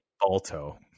Balto